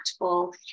impactful